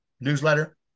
newsletter